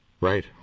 Right